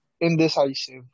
indecisive